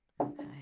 okay